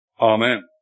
Amen